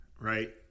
right